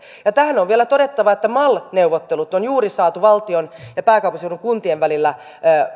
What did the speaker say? ja tähän on vielä todettava että mal neuvottelut on juuri saatu valtion ja pääkaupunkiseudun kuntien välillä